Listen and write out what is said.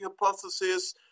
hypothesis